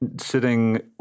sitting